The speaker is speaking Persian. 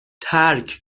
ترک